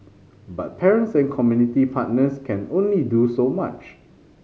but parents and community partners can only do so much